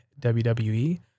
WWE